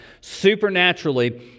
supernaturally